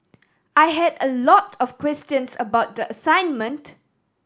I had a lot of questions about the assignment